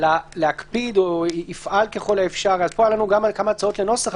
להקפיד או יפעל ככל האפשר היו לנו כמה הצעות לנוסח,